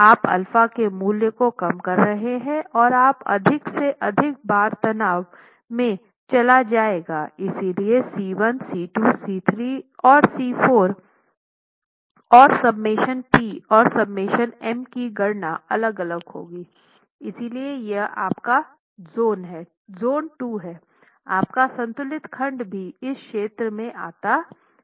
आप α के मूल्य को कम कर रहे हैं और आप अधिक से अधिक बार तनाव में चला जाएगा इसलिए C 1 C 2 C 3 C 4 और Σ P और Σ M की गणना अलग अलग होगी इसलिए यह आपका जोन 2 हैं आपका संतुलित खंड भी इस क्षेत्र में आता है